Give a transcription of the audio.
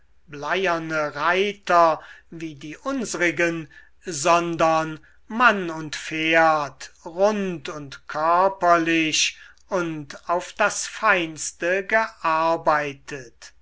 bleierne reiter wie die unsrigen sondern mann und pferd rund und körperlich und auf das feinste gearbeitet